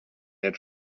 had